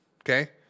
okay